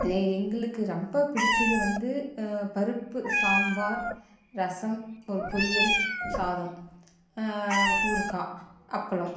இதே எங்களுக்கு ரொம்ப பிடித்தது வந்து பருப்பு சாம்பார் ரசம் ஒரு பொரியல் சாதம் ஊறுகாய் அப்பளம்